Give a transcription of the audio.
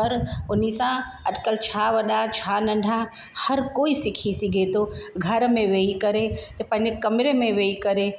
और हुन सां अॼुकल्ह छा वॾा छा नंढा हर कोई सिखी सघे थो घर में वेही करे पंहिंजे कमरे में वेही करे